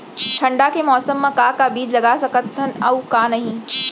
ठंडा के मौसम मा का का बीज लगा सकत हन अऊ का नही?